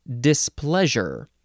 displeasure